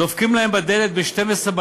דופקים להם בדלת בחצות,